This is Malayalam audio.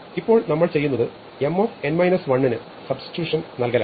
ഇപ്പോൾ നമ്മൾ ചെയ്യുന്നത് M ന് സുബ്സ്റ്റിട്യൂഷൻ നൽകലാണ്